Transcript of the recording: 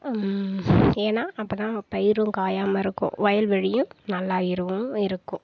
ஏன்னா அப்போ தான் பயிரும் காயாமல் இருக்கும் வயல்வெளியும் நல்லா இருக்கும்